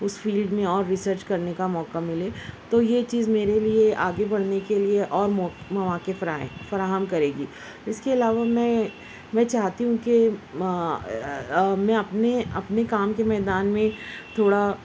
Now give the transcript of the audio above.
اس field میں اور research کرنے کا موقع ملے تو یہ چیز میرے لیے آگے بڑھنے کے لیے اور موقع مواقع فرائیں فراہم کرے گی اس کے علاوہ میں میں چاہتی ہوں کہ میں اپنے اپنے کام کے میدان میں تھوڑا